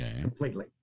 completely